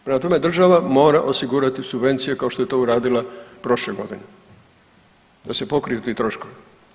Prema tome, država mora osigurati subvencije kao što je to uradila prošle godine, da se pokriju ti troškovi.